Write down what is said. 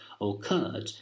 occurred